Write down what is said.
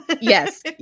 Yes